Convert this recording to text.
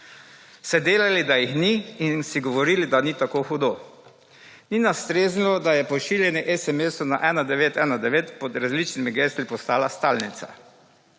se delali, da jih ni in si govorili, da ni tako hudo. Ni nas streznilo, da je pošiljanje sms-ov na 1919 pod različnimi gesli postala stalnica.